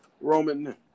Roman